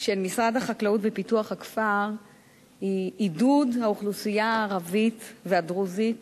של משרד החקלאות ופיתוח הכפר היא עידוד האוכלוסייה הערבית והדרוזית